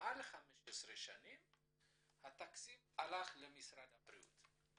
מעל 15 שנים התקציב עבר למשרד הבריאות.